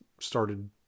started